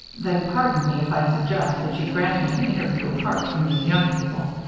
then pardon me, if i suggest that you grant me an interview apart from these young people.